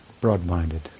broad-minded